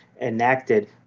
enacted